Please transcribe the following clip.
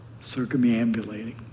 circumambulating